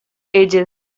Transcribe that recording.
edges